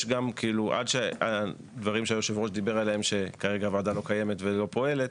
עד שהדברים שהיושב-ראש דיבר עליהם שכרגע הוועדה לא קיימת ולא פועלת,